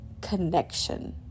connection